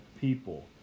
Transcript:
people